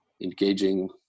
engaging